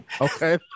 Okay